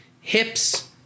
hips